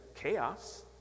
chaos